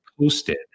posted